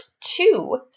two